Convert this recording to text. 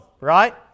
right